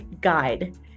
guide